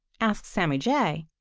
ask sammy jay.